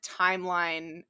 timeline